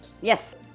Yes